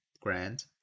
grand